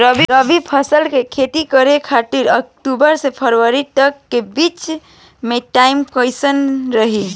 रबी फसल के खेती करे खातिर अक्तूबर से फरवरी तक के बीच मे टाइम कैसन रही?